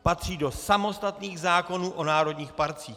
Patří do samostatných zákonů o národních parcích.